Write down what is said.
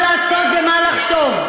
מה לעשות ומה לחשוב,